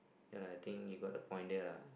ya I think you got the point there lah